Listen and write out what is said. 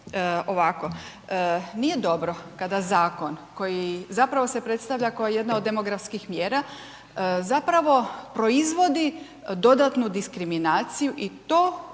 ovako, nije dobro kada zakon koji zapravo se predstavlja kao jedna od demografskih mjera zapravo proizvodi dodatnu diskriminaciju i to